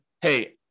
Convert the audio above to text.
hey